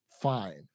fine